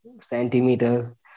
centimeters